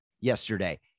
yesterday